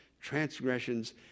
transgressions